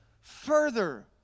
further